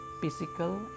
physical